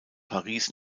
paris